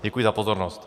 Děkuji za pozornost.